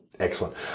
Excellent